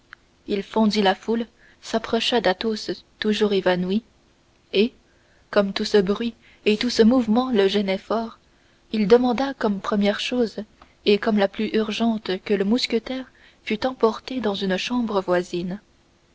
il fendit la foule s'approcha d'athos toujours évanoui et comme tout ce bruit et tout ce mouvement le gênait fort il demanda comme première chose et comme la plus urgente que le mousquetaire fût emporté dans une chambre voisine